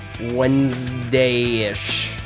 Wednesday-ish